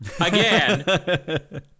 again